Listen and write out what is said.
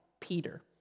Peter